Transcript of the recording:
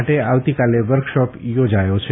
માટે આવતીકાલે વર્કશોપ યોજાયો છે